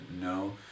no